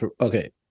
okay